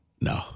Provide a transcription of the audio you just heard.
No